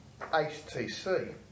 HTC